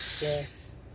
Yes